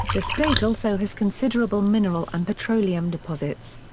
the state also has considerable mineral and petroleum deposits.